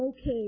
okay